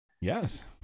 Yes